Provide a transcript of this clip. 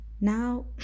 Now